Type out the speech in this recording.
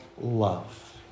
love